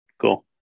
Cool